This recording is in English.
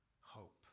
hope